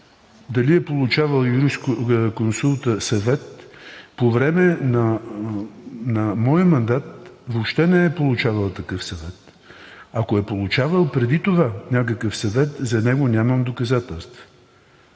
дали е получавал юрисконсултът съвет, по време на моя мандат въобще не е получавал такъв съвет. Ако е получавал преди това някакъв съвет, за него нямам доказателства.